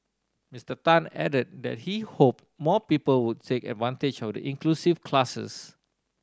Mister Tan added that he hope more people would take advantage of the inclusive classes